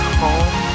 home